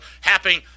happening